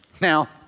Now